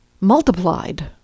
multiplied